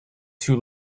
two